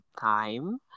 time